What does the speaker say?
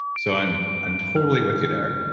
so i'm i'm totally with you there,